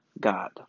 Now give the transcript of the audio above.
God